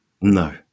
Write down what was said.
No